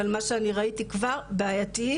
אבל מה שאני ראיתי כבר - בעייתי,